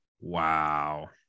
Wow